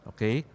Okay